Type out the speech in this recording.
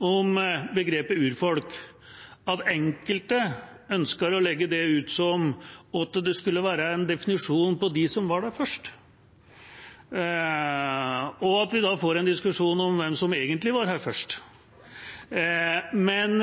om begrepet «urfolk» at enkelte ønsker å legge det ut som at det skulle være en definisjon på dem som var der først, og at vi da får en diskusjon om hvem som egentlig var her først. Men